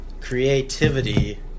creativity